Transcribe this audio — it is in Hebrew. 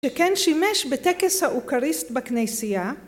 שכן שימש בטקס האוכריסט בכנסייה.